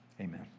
amen